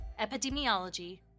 Epidemiology